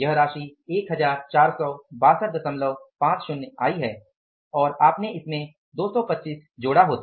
यह राशि 14625 आई है और आपने इस में 225 जोड़ा होता